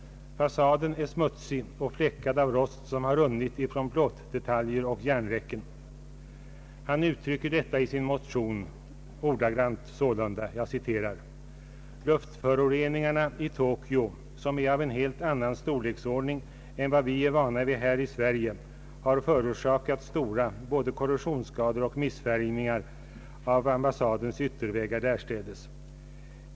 Fasaden är smutsig och fläckad av rost som runnit från plåtdetaljer och järnräcken. Han uttrycker detta i sin motion ordagrant sålunda: ”Luftföroreningarna i Tokyo, som är av helt annan storleksordning än vad vi är vana vid här i Sverige, har förorsakat stora både korrossionsskador och missfärgningar av ambassadens ytterväggar därstädes.